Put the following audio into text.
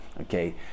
okay